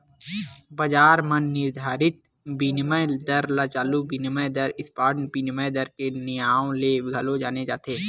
बजार म निरधारित बिनिमय दर ल चालू बिनिमय दर, स्पॉट बिनिमय दर के नांव ले घलो जाने जाथे